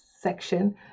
section